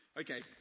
Okay